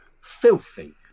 filthy